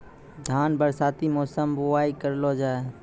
धान बरसाती मौसम बुवाई करलो जा?